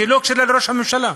שהיא לא כשרה לראש הממשלה,